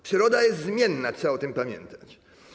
Przyroda jest zmienna, trzeba o tym pamiętać.